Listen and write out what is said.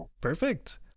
Perfect